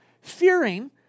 fearing